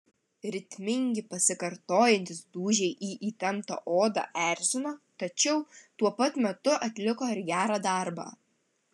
ritmingi pasikartojantys dūžiai į įtemptą odą erzino tačiau tuo pat metu atliko ir gerą darbą